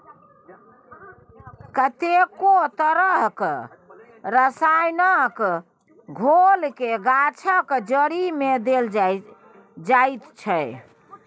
कतेको तरहक रसायनक घोलकेँ गाछक जड़िमे देल जाइत छै